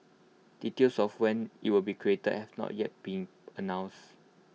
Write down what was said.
details of when IT will be created have not yet been announced